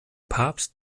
papst